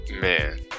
Man